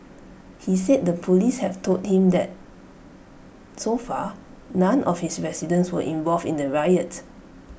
he said the Police have told him that so far none of his residents were involved in the riot